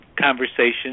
conversation